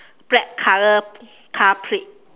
black color car plate